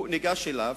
הוא ניגש אליו,